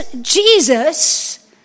Jesus